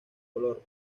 color